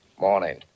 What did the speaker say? Morning